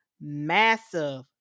massive